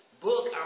book